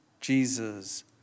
Jesus